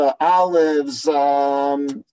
olives